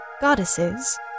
goddesses